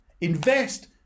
Invest